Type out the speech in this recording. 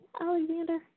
Alexander